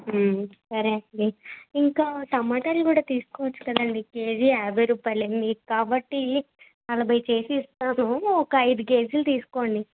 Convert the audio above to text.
సరే అండి ఇంకా టొమాటోలు కూడా తీసుకొవచ్చు కదండీ కేజీ యాభై రుపాయలే మీకు కాబట్టీ నలభై చేసి ఇస్తానూ ఒక ఐదు కేజీలు తీసుకోండి